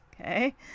okay